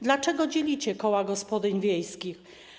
Dlaczego dzielicie koła gospodyń wiejskich?